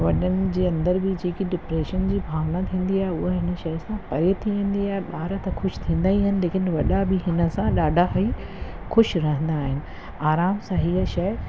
वॾनि जे अंदरि बि जेकी डिप्रेशन जी भावना थींदी आहे उहा इन शइ सां परे थी वेंदी आहे ॿार त ख़ुशि थींदा ई आहिनि लेकिन वॾा बि हिन सां ॾाढा ई ख़ुशि रहंदा आहिनि आराम सां हीअ शइ